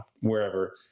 wherever